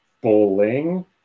bowling